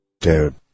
Dude